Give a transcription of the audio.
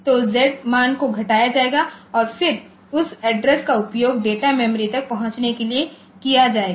तो Z मान को घटाया जाएगा और फिर उस एड्रेस का उपयोग डेटा मेमोरी तक पहुंचने के लिए किया जाएगा